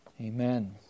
amen